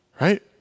Right